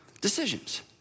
decisions